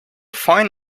fine